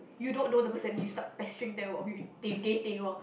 you don't know the person then you start pestering them while you they dating loh